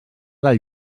del